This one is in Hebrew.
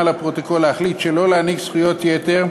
על הפרוטוקול להחליט שלא להעניק זכויות יתר,